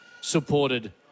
supported